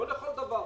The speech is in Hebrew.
לא בכל דבר.